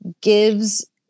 gives